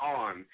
on